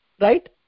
Right